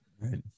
Right